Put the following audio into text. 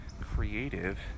creative